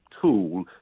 tool